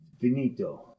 Finito